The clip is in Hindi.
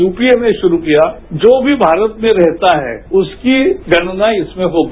यूपीए ने शुरू किया जो भी भारत में रहता है उसकी गणना इसमे होगी